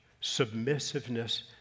submissiveness